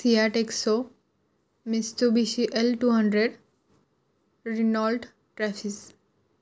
सियार टेक्सो Mitsubishi L two hundred Renault Trafic